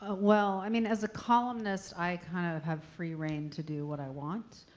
ah well, i mean, as a columnist i kind of have free reign to do what i want.